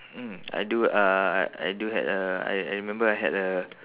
mm I do uh I I do had a I I remember I had a